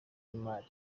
y’imari